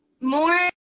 more